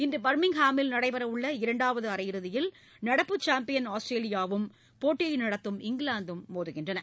இன்றுபர்மிங்ஹாமில் நடைபெறஉள்ள இரண்டாவதுஅரையிறுதியில் சாம்பியன் நடப்பு ஆஸ்திரேலியாவும் போட்டியைநடத்தும் இங்கிலாந்தும் மோதுகின்றன